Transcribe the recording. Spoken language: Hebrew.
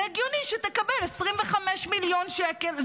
זה הגיוני שיקבל 25 מיליון שקלים.